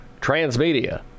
Transmedia